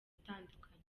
atandukanye